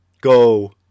Go